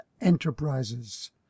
Enterprises